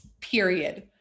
period